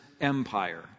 empire